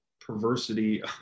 perversity